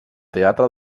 teatre